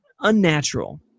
unnatural